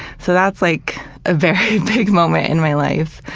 so that's like a very big moment in my life.